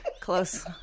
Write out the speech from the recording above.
Close